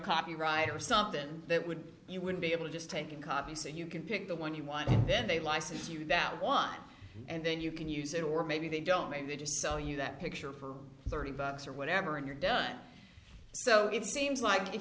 copyright or stuff then that would you would be able to just take a copy so you can pick the one you want and then they license you that want and then you can use it or maybe they don't maybe they just sell you that picture for thirty bucks or whatever and you're done so it seems like if